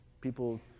people